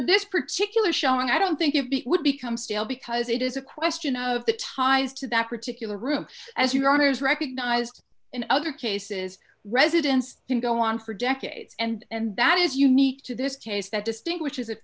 this particular showing i don't think it would become stale because it is a question of the ties to back particular room as your honor is recognized in other cases residents can go on for decades and that is unique to this case that distinguishes